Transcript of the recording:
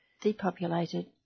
depopulated